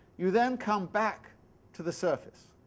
you then come back to the surface